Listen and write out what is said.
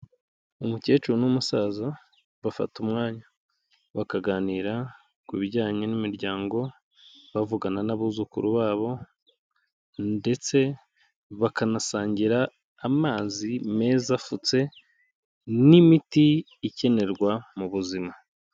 Umukecuru n'umusaza bafata umwanya bakaganira ku bijyanye n'imiryango, bavugana n'abuzukuru babo ndetse bakanasangira amazi meza afutse n'imiti ikenerwa mu buzima.